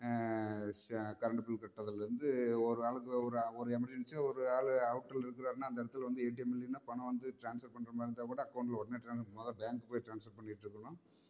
ஸ் current bill கட்டுறதுலேருந்து ஒரு ஆளுக்கு ஒரு ஒரு எமர்ஜென்சி ஒரு ஆள் அவுட்டர்ல இருக்கிறாருன்னா அந்த இடத்துல வந்து ஏடிஎம் இல்லைனா பணம் வந்து டிரான்ஸ்ஃபர் பண்ணுற மாதிரி இருந்தால் கூட அகௌண்ட்ல உடனே டிரான்ஸ் முத பேங்க் போய் டிரான்ஸ்ஃபர் பண்ணிட்டு இருக்கணும்